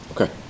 Okay